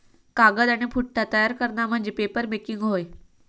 कागद आणि पुठ्ठा तयार करणा म्हणजे पेपरमेकिंग होय